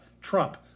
Trump